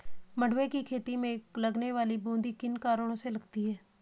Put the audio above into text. मंडुवे की खेती में लगने वाली बूंदी किन कारणों से लगती है?